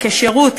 כשירות,